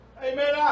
Amen